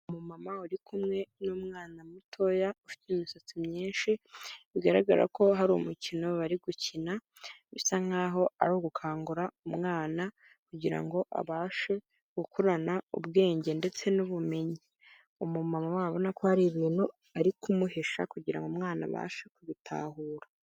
Umumama uri kumwe n'umwana mutoya ufite imisatsi myinshi, bigaragara ko hari umukino bari gukina, bisa nk'aho ari ugukangura umwana, kugira ngo abashe gukurana ubwenge ndetse n'ubumenyi. Umumama urabona ko hari ibintu ari kumuhisha, kugira ngo umwana abashe kubitahura.